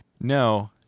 No